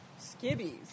skibbies